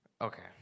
Okay